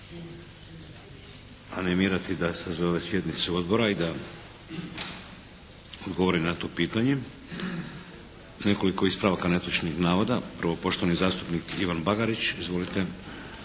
animirati da sazove sjednicu Odbora i da odgovori na to pitanje. Nekoliko ispravaka netočnih navoda. Prvo poštovani zastupnik Ivan Bagarić. Izvolite.